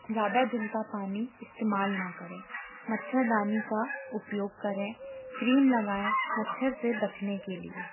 ज़्यादा दिन का पानी इस्तेमाल ना करें मच्छरदानी का उपयोग करें क्रीम लगाऍं मच्छर से बचने के लिए